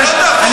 סליחה, אני